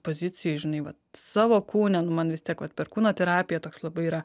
pozicijoj žinai vat savo kūne nu man vis tiek per kūno terapiją toks labai yra